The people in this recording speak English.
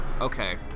okay